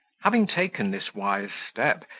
having taken this wise step,